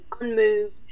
unmoved